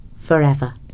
forever